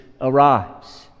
arrives